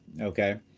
okay